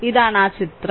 ഇതാണ് ആ ചിത്രം